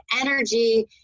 energy